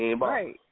Right